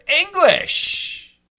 English